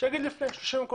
שיגיד לו לפני כן.